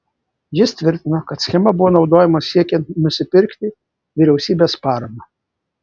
jis tvirtino kad schema buvo naudojama siekiant nusipirkti vyriausybės paramą